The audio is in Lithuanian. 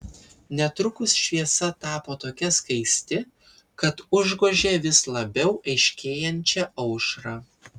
netrukus šviesa tapo tokia skaisti kad užgožė vis labiau aiškėjančią aušrą